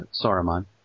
Saruman